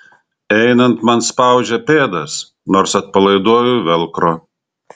einant man spaudžia pėdas nors atpalaiduoju velcro